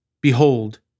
Behold